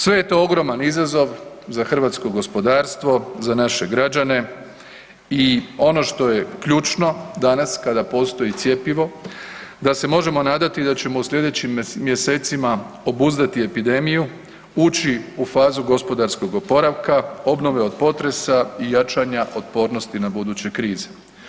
Sve je to ogroman izazov za hrvatskog gospodarstvo, za naše građane i ono što je ključno danas kada postoji cjepivo da se možemo nadati da ćemo u slijedećim mjesecima obuzdati epidemiju, ući u fazu gospodarskog oporavka, obnove od potresa i jačanja otpornosti na buduće krize.